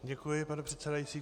Děkuji, pane předsedající.